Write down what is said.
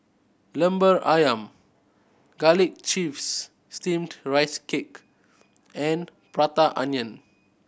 Lemper Ayam Garlic Chives Steamed Rice Cake and Prata Onion